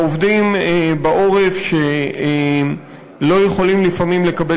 העובדים בעורף שלא יכולים לפעמים לקבל